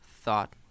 thought